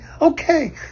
okay